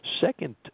second